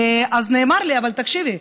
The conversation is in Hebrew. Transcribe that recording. אז נאמר לי: אבל תקשיבי,